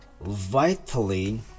vitally